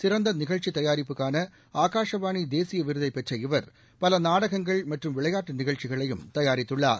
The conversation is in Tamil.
சிறந்த நிகழ்ச்சி தயாரிப்புக்கான ஆகாஷவாணி தேசிய விருதைப் பெற்ற இவர் பல நாடகங்கள் மற்றும் விளையாட்டு நிகழ்ச்சிகளையும் தயாரித்துள்ளார்